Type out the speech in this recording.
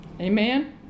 Amen